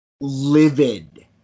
livid